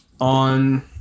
on